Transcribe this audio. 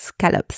Scallops